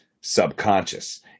subconscious